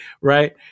Right